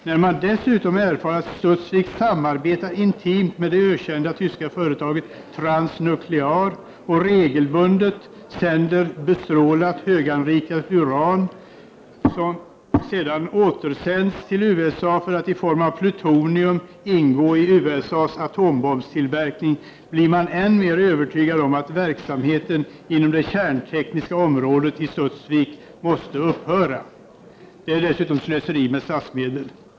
När man dessutom erfar att Studsvik har samarbetat intimt men det ökända tyska företaget Transnuclear och regelbundet bestrålat höganrikat uran, som sedan återsänts till USA för att i form av plutonium ingå i USA:s atombombstillverkning, blir man än mer övertygad om att verksamheten inom det kärntekniska området i Studsvik måste upphöra. Det är dessutom slöseri med statsmedel.